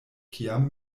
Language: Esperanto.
kiam